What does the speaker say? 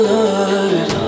Lord